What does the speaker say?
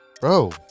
bro